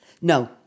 No